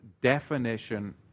definition